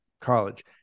college